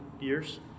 years